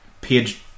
Page